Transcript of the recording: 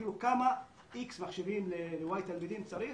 כאילו כמה X מחשבים ל-Y תלמידים צריך.